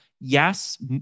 Yes